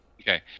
Okay